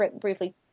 briefly